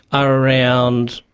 are around,